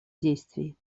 действий